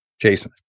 Jason